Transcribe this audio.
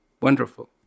Wonderful